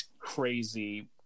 crazy